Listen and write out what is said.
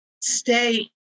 stay